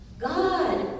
God